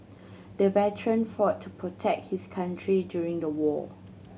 the veteran fought to protect his country during the war